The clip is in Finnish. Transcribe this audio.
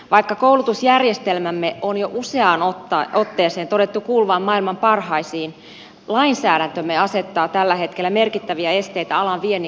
vaikka koulutusjärjestelmämme on jo useaan otteeseen todettu kuuluvan maailman parhaisiin lainsäädäntömme asettaa tällä hetkellä merkittäviä esteitä alan viennin kehittämiselle